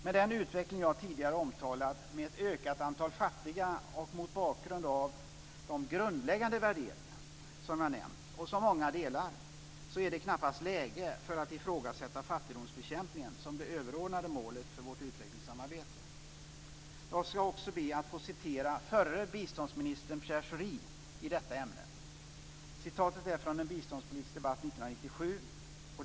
Med den utveckling som jag tidigare omtalat med ett ökat antal fattiga och mot bakgrund av de grundläggande värderingar som jag nämnt och som många delar, är det knappast läge att ifrågasätta fattigdomsbekämpningen som det överordnade målet för vårt utvecklingssamarbete. Jag ska också be att få citera förre biståndsministern Pierre Schori i detta ämne. Citatet är från en biståndspolitisk debatt 1997.